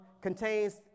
contains